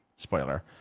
spoiler.